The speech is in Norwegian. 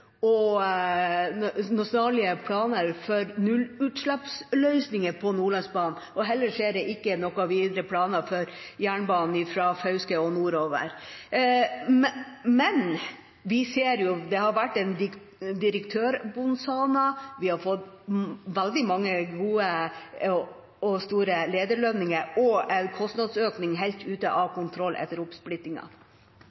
nullutslippsløsninger på Nordlandsbanen, og jeg ser heller ikke noen videre planer for jernbanen fra Fauske og nordover. Men vi ser jo at det har vært en direktørbonanza. Vi har fått veldig mange gode og store lederlønninger og en kostnadsøkning helt ute av